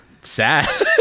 sad